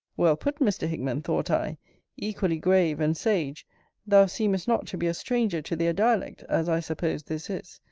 well put, mr. hickman! thought i equally grave and sage thou seemest not to be a stranger to their dialect, as i suppose this is.